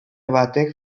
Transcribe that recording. batek